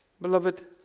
beloved